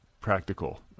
practical